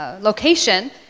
location